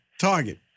Target